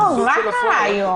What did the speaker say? יעקב, מה קרה היום?